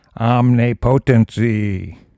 omnipotency